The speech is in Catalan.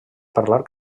parlar